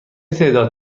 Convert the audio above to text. تعداد